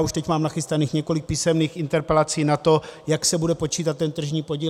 A já už teď mám nachystaných několik písemných interpelací na to, jak se bude počítat ten tržní podíl.